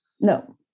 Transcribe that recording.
No